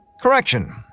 Correction